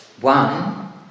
one